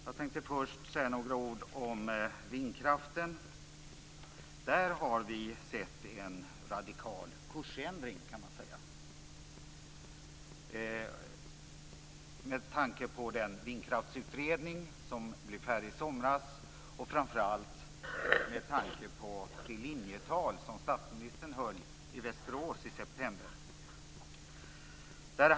Jag tänkte först säga några ord om vindkraften. Där har vi sett en radikal kursändring, kan man säga, med tanke på den vindkraftsutredning som blev färdig i somras och framför allt med tanke på det linjetal som statsministern höll i Västerås i september.